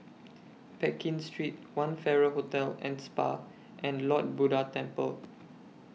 Pekin Street one Farrer Hotel and Spa and Lord Buddha Temple